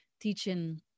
teaching